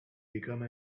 become